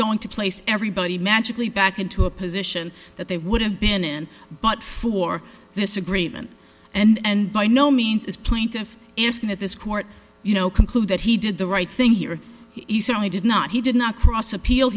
going to place everybody magically back into a position that they would have been bought for this agreement and by no means is plaintiff asking that this court you know conclude that he did the right thing here he certainly did not he did not cross appeal